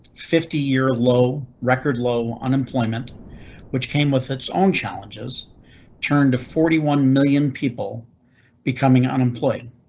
fifty year low record low unemployment which came with its own challenges turn to forty one million people becoming unemployed.